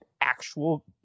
actual